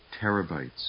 terabytes